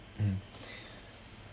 mmhmm